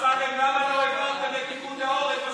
אני מזמין את חבר הכנסת אלכס קושניר להציג את ההצעה.